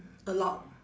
a lot